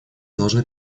должны